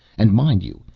and mind you,